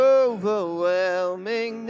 overwhelming